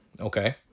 Okay